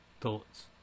thoughts